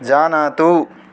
जानातु